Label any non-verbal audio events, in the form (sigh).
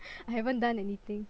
(breath) I haven't done anything